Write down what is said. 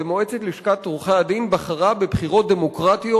ומועצת לשכת עורכי-הדין בחרה בבחירות דמוקרטיות